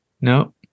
No